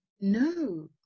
No